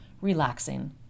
relaxing